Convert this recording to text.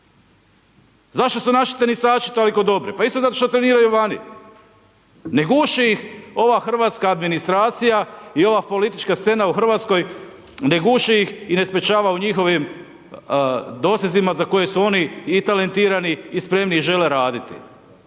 Zašto su naši tenisači toliko dobri? Pa isto zato što treniraju vani. Ne guši ih ova hrvatska administracija i ova politička scena u Hrvatskoj, ne guši ih i ne sprječava u njihovim dosljetcima za koje su oni i talentirani i spremni i žele raditi.